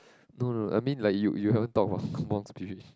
no no I mean like you you haven't talked about kampung Spirit